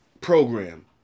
program